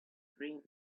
dream